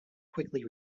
quickly